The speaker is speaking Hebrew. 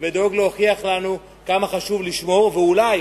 ודואג להוכיח לנו כמה חשוב לשמור, ואולי